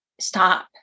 stop